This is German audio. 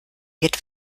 geht